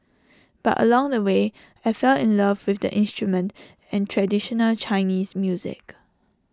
but along the way I fell in love with the instrument and traditional Chinese music